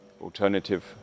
alternative